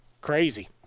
crazy